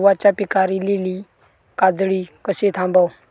गव्हाच्या पिकार इलीली काजळी कशी थांबव?